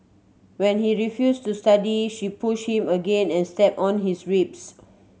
when he refused to study she pushed him again and stepped on his ribs